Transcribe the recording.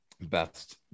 best